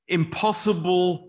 impossible